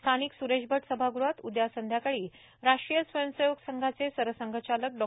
स्थानिक स्रेश भट सभागृहात उद्या संध्याकाळी राष्ट्रीय स्वयंसेवक संघाचे सरसंघचालक डॉ